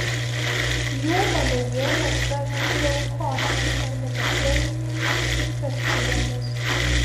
jų padaugėja sergant leukoze arba bakterinėmis infekcijomis